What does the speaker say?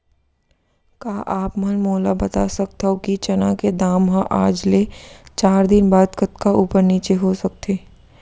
का आप मन मोला बता सकथव कि चना के दाम हा आज ले चार दिन बाद कतका ऊपर नीचे हो सकथे?